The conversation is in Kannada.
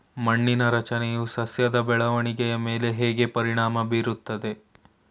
ಮಣ್ಣಿನ ರಚನೆಯು ಸಸ್ಯದ ಬೆಳವಣಿಗೆಯ ಮೇಲೆ ಹೇಗೆ ಪರಿಣಾಮ ಬೀರುತ್ತದೆ?